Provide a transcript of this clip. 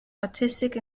artistic